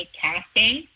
casting